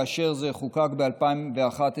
כאשר זה חוקק ב-2011,